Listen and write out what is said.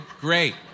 great